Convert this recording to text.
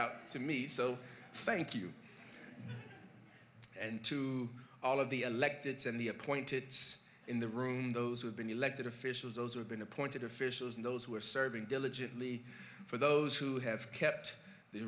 out to me so thank you and to all of the elect it's in the appointed it's in the room those who have been elected officials those who have been appointed officials and those who are serving diligently for those who have kept the